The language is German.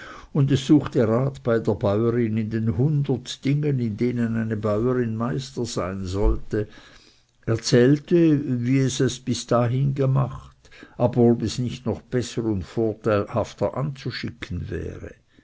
und es suchte rat bei der bäurin in den hundert dingen in denen eine bäurin meister sein sollte erzählte wie es es bis dahin gemacht aber ob es nicht noch besser und vorteilhafter anzuschicken wäre